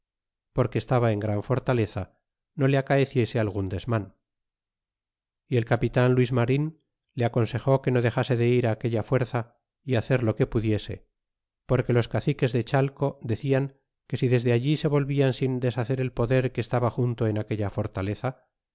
porque estaba en gran fortaleza no le acaeciese algun desman y el capitan luis marin le aconsejó que no dexase de ir aquella fuerza y hacer lo que pudiese porque los caciques de chalco decian que si desde allí se volvian sin deshacer el poder que estaba junto en aquella fortaleza